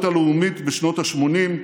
הלאומית בשנות השמונים,